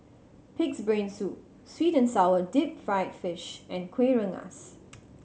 Pig's Brain Soup sweet and sour deep fried fish and Kueh Rengas